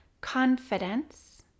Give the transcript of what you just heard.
confidence